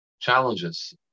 challenges